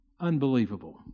Unbelievable